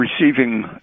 receiving